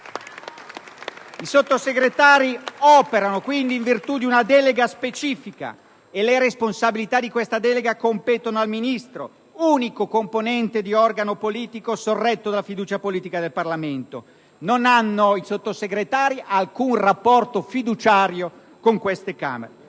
I Sottosegretari operano in virtù di una delega specifica, e le responsabilità di questa delega competono al Ministro, unico componente di organo politico sorretto dalla fiducia politica del Parlamento; i Sottosegretari non hanno alcun rapporto fiduciario con queste Camere.